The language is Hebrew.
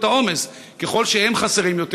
את העומס: ככל שהם חסרים יותר,